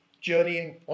journeying